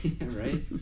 right